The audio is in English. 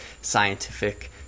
scientific